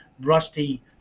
rusty